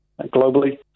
globally